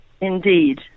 Indeed